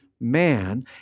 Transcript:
man